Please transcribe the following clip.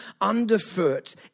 underfoot